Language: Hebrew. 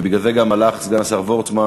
בגלל זה הלך סגן השר וורצמן,